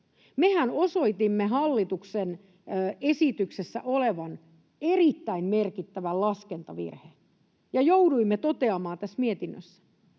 Mehän osoitimme hallituksen esityksessä olevan erittäin merkittävän laskentavirheen ja jouduimme toteamaan tässä mietinnössä,